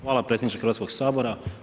Hvala predsjedniče Hrvatskoga sabora.